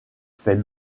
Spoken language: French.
fait